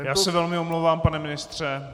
Já se velmi omlouvám, pane ministře.